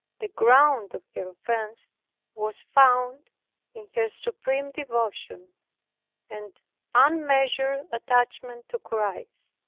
the ground of her offense was found in her supreme devotion and unmeasured attachment to christ.